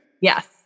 Yes